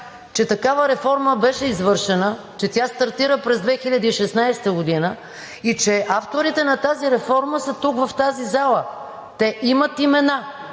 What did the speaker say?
че такава реформа беше извършена, че тя стартира през 2016 г. и авторите на тази реформа са тук, в тази зала – те имат имена,